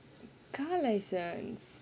car license